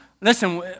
listen